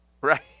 Right